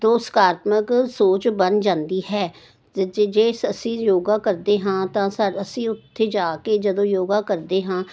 ਤੋਂ ਸਕਾਰਾਤਮਕ ਸੋਚ ਬਣ ਜਾਂਦੀ ਹੈ ਤਾਂ ਜੇ ਜੇ ਅਸ ਅਸੀਂ ਯੋਗਾ ਕਰਦੇ ਹਾਂ ਤਾਂ ਸਾ ਅਸੀਂ ਉੱਥੇ ਜਾ ਕੇ ਜਦੋਂ ਯੋਗਾ ਕਰਦੇ ਹਾਂ